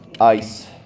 Ice